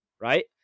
right